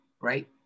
right